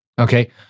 Okay